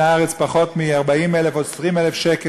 הארץ בגלל פחות מ-40,000 או 20,000 שקל,